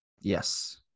Yes